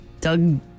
Doug